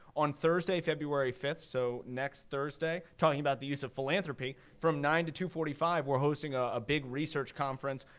on thursday, february fifth, so next thursday, talking about the use of philanthropy, from nine zero to two forty five, we're hosting a big research conference,